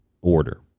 order